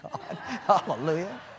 hallelujah